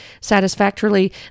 satisfactorily